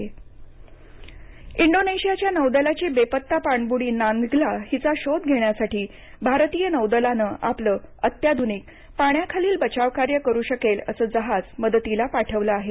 Indonesia पाणबुडी इंडोनेशियाच्या नौदलाची बेपत्ता पाणबुडी नान्गला हिचा शोध घेण्यासाठी भारतीय नौदलानं आपलं अत्याध्रनिक पाण्याखालील बचाव कार्य करू शकेल असं जहाज मदतीला पाठवलं आहे